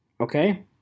Okay